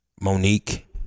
Monique